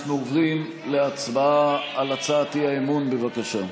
אנחנו עוברים להצבעה על הצעת האי-אמון, בבקשה.